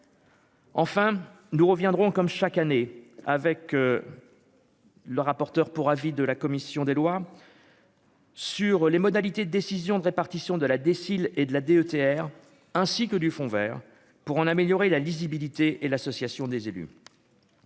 Enfin, nous reviendrons, comme chaque année avec le rapporteur pour avis de la commission des lois. Sur les modalités de décision de répartition de la décide, et de la DETR ainsi que du Fonds Vert pour en améliorer la lisibilité et l'association des élus,